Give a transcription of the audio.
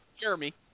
Jeremy